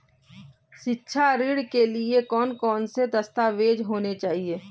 शिक्षा ऋण के लिए कौन कौन से दस्तावेज होने चाहिए?